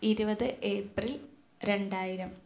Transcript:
ഇരുപത് ഏപ്രില് രണ്ടായിരം